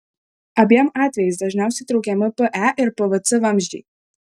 abiem atvejais dažniausiai traukiami pe ir pvc vamzdžiai